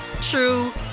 true